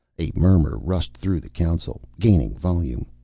a murmur rushed through the council, gaining volume.